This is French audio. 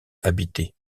habitées